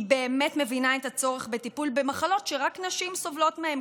היא באמת מבינה את הצורך בטיפול במחלות שרק נשים סובלות מהן,